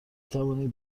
توانید